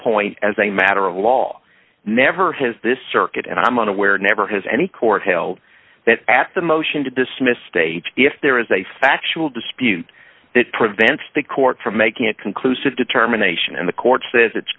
point as a matter of law never has this circuit and i'm unaware never has any court held that asked the motion to dismiss stay if there is a factual dispute that prevents the court from making a conclusive determination and the court says it's